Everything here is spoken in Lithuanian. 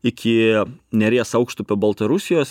iki neries aukštupio baltarusijos